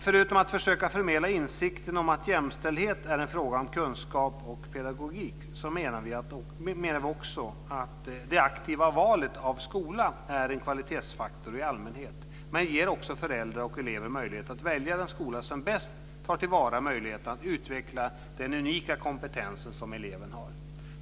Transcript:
Förutom att försöka förmedla insikten om att jämställdhet är en fråga om kunskap och pedagogik menar vi också att det aktiva valet av skola är en kvalitetsfaktor i allmänhet. Det ger också föräldrar och elever möjlighet att välja den skola som bäst tar till vara möjligheten att utveckla den unika kompetensen som eleven har.